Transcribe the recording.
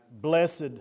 Blessed